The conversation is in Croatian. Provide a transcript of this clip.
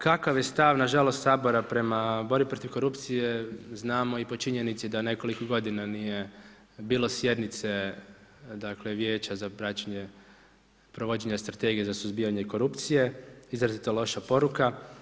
Kakav je stav, nažalost Sabora, prema borbi protiv korupcije, znamo i po činjenici, da nekoliko godina nije bilo sjednice Vijeća za praćenje, provođenja strategija za suzbijanje i korupcije, izrazito loša poruka.